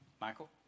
Michael